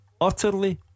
utterly